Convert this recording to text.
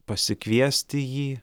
pasikviesti jį